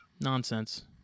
Nonsense